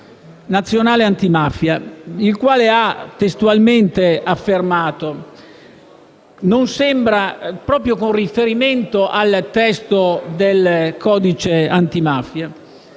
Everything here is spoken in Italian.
il quale ha testualmente affermato, proprio con riferimento al testo del codice antimafia